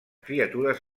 criatures